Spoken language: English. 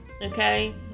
Okay